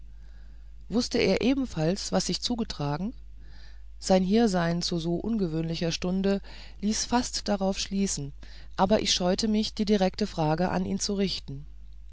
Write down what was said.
wußte er ebenfalls was sich zugetragen sein hiersein zu so ungewöhnlicher stunde ließ fast darauf schließen aber ich scheute mich die direkte frage an ihn zu richten